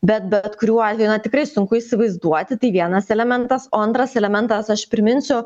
bet bet kuriuo atveju na tikrai sunku įsivaizduoti tai vienas elementas o antras elementas aš priminsiu